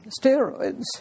steroids